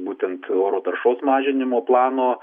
būtent oro taršos mažinimo plano